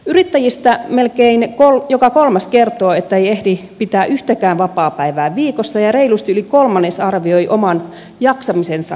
yrittäjistä melkein joka kolmas kertoo että ei ehdi pitää yhtäkään vapaapäivää viikossa ja reilusti yli kolmannes arvioi oman jaksamisensa heikentyneen